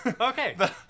okay